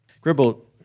Gribble